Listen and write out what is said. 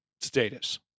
status